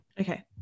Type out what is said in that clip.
okay